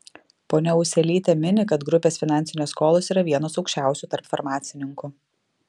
ponia ūselytė mini kad grupės finansinės skolos yra vienos aukščiausių tarp farmacininkų